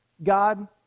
God